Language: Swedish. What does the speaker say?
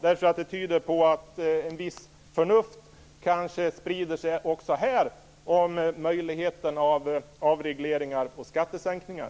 Det tyder på att ett visst förnuft kanske sprider sig också här när det gäller avregleringar och skattesänkningar.